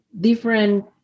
different